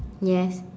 yes